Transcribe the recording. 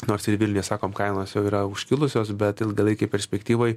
nors ir vilniuj sakom kainos jau yra užkilusios bet ilgalaikėj perspektyvoj